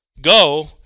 go